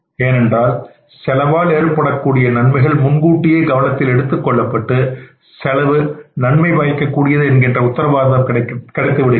ஏனென்றால் செலவால் ஏற்படக்கூடிய நன்மைகள் முன்கூட்டியே கவனத்தில் எடுத்துக் கொள்ளப்பட்டு செலவு நன்மை பயக்கக் கூடியது என்கின்றன உத்தரவாதம் கிடைத்துவிடுகிறது